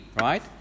Right